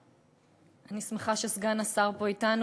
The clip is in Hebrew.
אני שמחה שסגן השר פה אתנו,